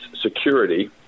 security